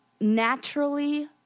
naturally